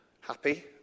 happy